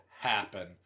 happen